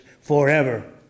forever